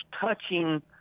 touching